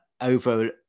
over